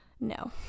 No